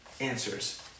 Answers